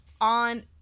on